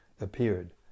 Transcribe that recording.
appeared